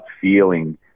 feeling